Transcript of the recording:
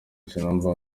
sinumva